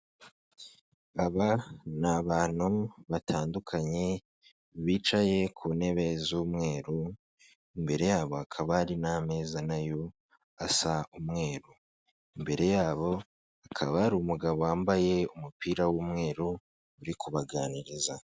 Aba ni abantu batandukanye bicaye ku ntebe z'umweru, imbere yabo hakaba hari n'ameza, na yo asa umweru. Imbere yabo hakaba hari umugabo wambaye umupira w'umweru, uri kubaganiriza.